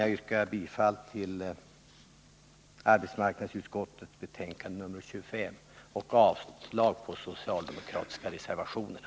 Jag yrkar bifall till arbetsmarknadsutskottets hemställan i betänkande 25 och avslag på de socialdemokratiska reservationerna.